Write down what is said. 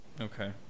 Okay